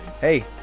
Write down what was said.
Hey